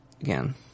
again